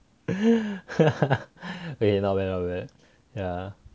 eh not bad not bad